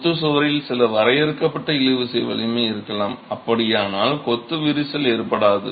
கொத்து சுவரில் சில வரையறுக்கப்பட்ட இழுவிசை வலிமை இருக்கலாம் அப்படியானால் கொத்து விரிசல் ஏற்படாது